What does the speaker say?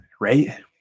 right